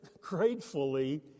gratefully